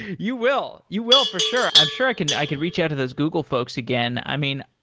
you will. you will for sure. i'm sure i could i could reach out to those google folks again. i mean,